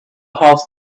house